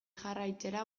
jarraitzera